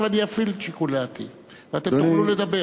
ואני אפעיל את שיקול דעתי ואתם תוכלו לדבר.